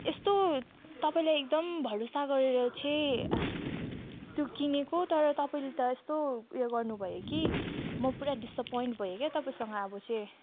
यस्तो तपाईँलाई एकदम भरोसा गरेर चाहिँ त्यो किनेको तर तपाईँले त यस्तो उयो गर्नुभयो कि म पुरा डिसएपोइन्ट भएँ क्या तपाईँसँग अब चाहिँ